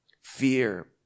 Fear